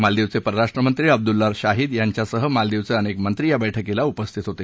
मालदीवचे परराष्ट्रमंत्री अब्दुल्ला शाहीद यांच्यासह मालदीवचे अनेक मंत्री या बैठकीला उपस्थित होते